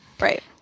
Right